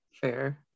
fair